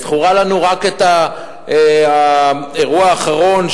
זכור לנו האירוע האחרון,